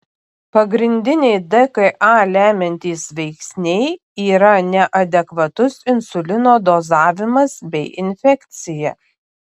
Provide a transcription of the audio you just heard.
pagrindiniai dka lemiantys veiksniai yra neadekvatus insulino dozavimas bei infekcija